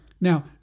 Now